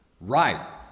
Right